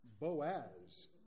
Boaz